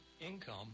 income